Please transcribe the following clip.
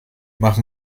mach